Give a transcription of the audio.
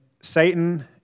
Satan